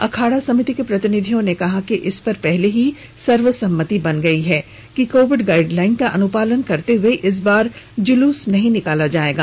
अखाड़ा समिति के प्रतिनिधियों ने कहा कि इस पर पहले ही सर्वसम्मति बन गई है कि कोविड गाइडलाइंस का अनुपालन करते हुए इस बार जुलूस नहीं निकाला जाएगा